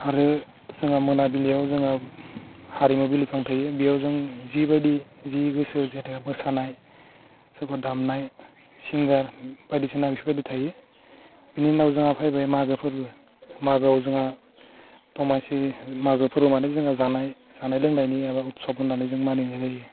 आरो जोंहा मोनाबिलियाव जोङो हारिमु बिलिफां थायो बेयाव जों जिबायदि जि गोसो जेथा मोसानाय सोरबा दामनाय सिंगार बायदिसिना बेफोरबायदि थायो बेनि उनाव जोंहा फैबाय जोंहा फैबाय मागो फोरबो मागोआव जोंहा दमासि मागो फोरबो मानि जोङो जानाय जानाय लोंनायनि माबा उदसभ होन्नानै जों मानिनाय जायो